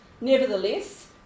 Nevertheless